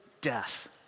death